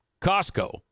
Costco